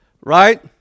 Right